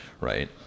Right